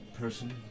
person